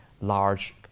large